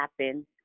happen